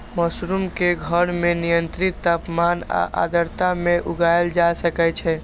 mushroom कें घर मे नियंत्रित तापमान आ आर्द्रता मे उगाएल जा सकै छै